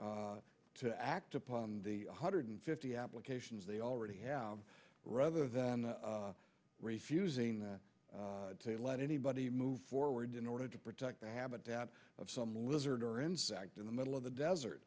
to act upon the one hundred fifty applications they already have rather than refusing to let anybody move forward in order to protect the habitat of some lizard or insect in the middle of the desert